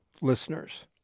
listeners